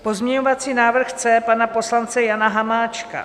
Pozměňovací návrh C pana poslance Jana Hamáčka.